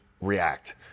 react